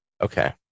okay